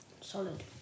Solid